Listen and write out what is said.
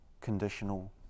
conditional